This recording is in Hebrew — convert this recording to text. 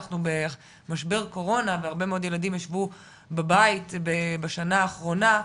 אנחנו במשבר קורונה והרבה מאוד ילדים ישבו בבית בשנה האחרונה,